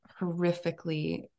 horrifically